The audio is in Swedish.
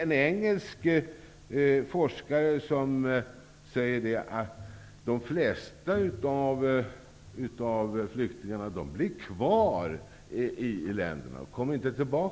En engelsk forskare har sagt att de flesta flyktingar som har blivit avvisade och utvisade stannar kvar och återvänder inte